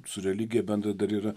su religija bendra dar yra